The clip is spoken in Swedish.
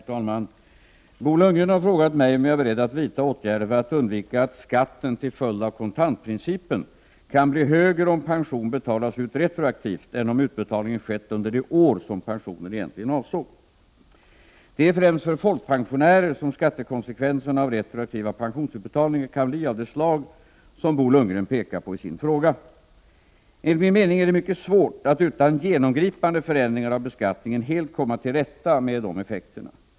Herr talman! Bo Lundgren har frågat mig om jag är beredd att vidta åtgärder för att undvika att skatten, till följd av kontantprincipen, kan bli högre om pension betalas ut retroaktivt än om utbetalningen skett under det år som pensionen egentligen avsåg. Det är främst för folkpensionärer som skattekonsekvenserna av retroaktiva pensionsutbetalningar kan bli av det slag som Bo Lundgren pekar på i sin fråga. Enligt min mening är det mycket svårt att utan genomgripande förändringar av beskattningen helt komma till rätta med dessa effekter.